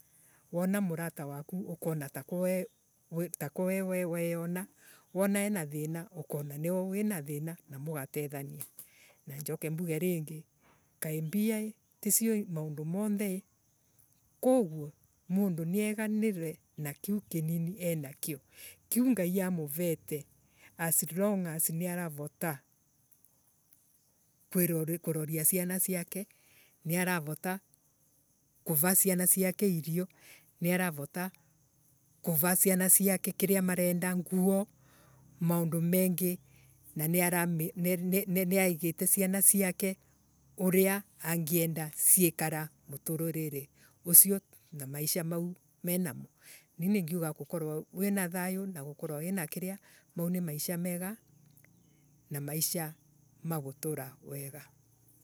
Wona murata waku ukona taka wiona wona ina thina ukona niwe ina thina na mugatethania na njoke mbuge mbio tisio maundu monthe na mundu nieganire na kiu kinini enakwo na kiu ngai amuvete as long niaravota kuroria ciana ciake niaravota kuva ciana ciake irio niaravota kuva ciana ciake kiria marenda nguo na maundu mengi na niagite ciana ciake uria angena ciakire atorori ucio na maisha mau menamo ni ningeuga wina thayo na maisha mega ma gutura cuega.